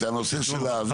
את הנושא של הזה,